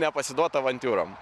nepasiduot avantiūrom